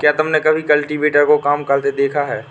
क्या तुमने कभी कल्टीवेटर को काम करते देखा है?